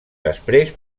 després